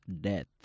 death